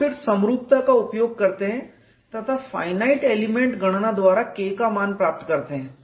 और फिर समरूपता का उपयोग करते हैं तथा फाइनाइट एलिमेंट गणना द्वारा K का मान प्राप्त करते हैं